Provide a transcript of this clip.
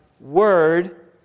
word